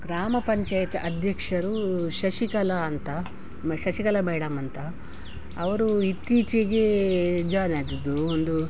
ಗ್ರಾಮ ಪಂಚಾಯ್ತಿ ಅಧ್ಯಕ್ಷರು ಶಶಿಕಲಾ ಅಂತ ಶಶಿಕಲಾ ಮೇಡಮ್ ಅಂತ ಅವರು ಇತ್ತೀಚಿಗೆ ಜಾನ್ ಆಗಿದ್ದು ಒಂದು